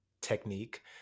technique